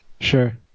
Sure